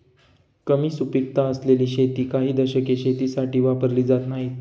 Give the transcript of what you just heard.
कमी सुपीकता असलेली शेती काही दशके शेतीसाठी वापरली जात नाहीत